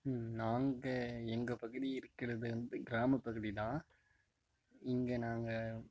நாங்கள் எங்கள் பகுதி இருக்கிறது வந்து கிராம பகுதிதான் இங்கே நாங்கள்